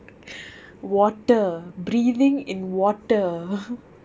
water breathing in water